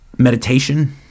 Meditation